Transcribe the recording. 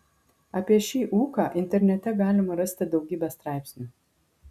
apie šį ūką internete galima rasti daugybę straipsnių